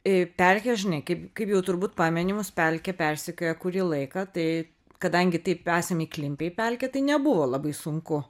į pelkę žinai kaip kaip jau turbūt pameni mūsų pelkė persekioja kurį laiką tai kadangi taip esam įklimpę į pelkę tai nebuvo labai sunku